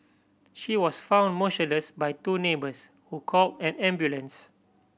she was found motionless by two neighbours who call an ambulance